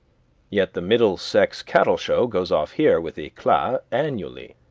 yet the middlesex cattle show goes off here with eclat annually,